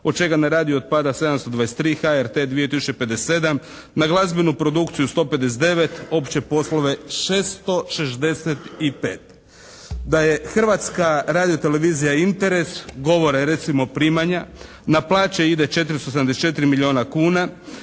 od čega na radio otpada 723, HRT 2 tisuće 57, na glazbenu produkciju 159, opće poslove 665. Da je Hrvatska radio-televizija interes govore recimo primanja. Na plaće ide 474 milijuna kuna,